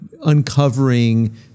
uncovering